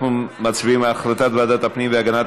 אנחנו מצביעים על החלטת ועדת הפנים והגנת